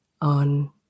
on